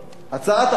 הצעת החוק הזו,